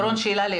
שאלה.